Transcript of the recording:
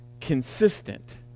consistent